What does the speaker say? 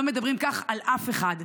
לא מדברים כך על אף אחד.